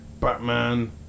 Batman